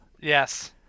Yes